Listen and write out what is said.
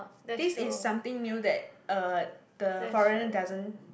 this is something new that uh the foreigner doesn't